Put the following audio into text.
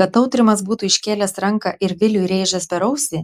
kad tautrimas būtų iškėlęs ranką ir viliui rėžęs per ausį